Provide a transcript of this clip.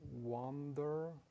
wonder